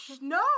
No